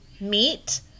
meat